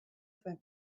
zen